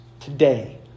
today